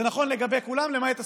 זה נכון לגבי כולם למעט הסטודנטים.